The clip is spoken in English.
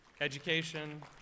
education